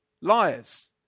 liars